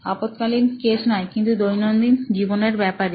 আপদকালীন case নয় কিন্তু দৈনন্দিন জীবনের ব্যাপারে